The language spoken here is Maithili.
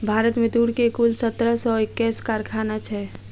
भारत में तूर के कुल सत्रह सौ एक्कैस कारखाना छै